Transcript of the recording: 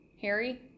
Harry